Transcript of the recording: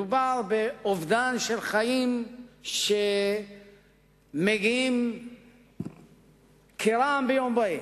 מדובר באובדן של חיים שמגיע כרעם ביום בהיר.